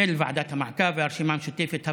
ועדת המעקב והרשימה המשותפת,